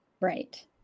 right